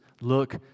look